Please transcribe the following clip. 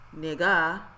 Nigga